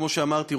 כמו שאמרתי,